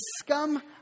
scum